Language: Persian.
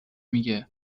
میگه